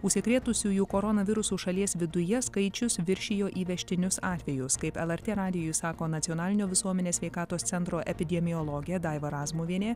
užsikrėtusiųjų koronavirusu šalies viduje skaičius viršijo įvežtinius atvejus kaip lrt radijui sako nacionalinio visuomenės sveikatos centro epidemiologė daiva razmuvienė